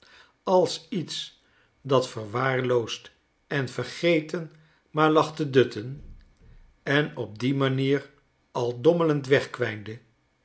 als iets dat verwaarloosd en vergeten maar lag te dutten en op die manier al dommelend wegkwijnde